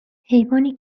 حیوانی